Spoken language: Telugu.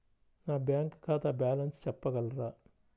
నా బ్యాంక్ ఖాతా బ్యాలెన్స్ చెప్పగలరా?